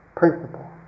principle